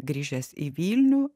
grįžęs į vilnių